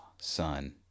son